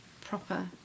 proper